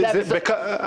תודה רבה.